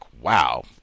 wow